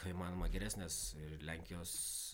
kuo įmanoma geresnės ir lenkijos